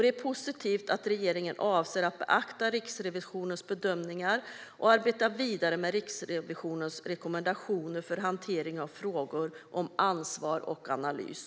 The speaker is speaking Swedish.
Det är positivt att regeringen avser att beakta Riksrevisionens bedömningar och arbeta vidare med Riksrevisionens rekommendationer för hantering av frågor om ansvar och analys.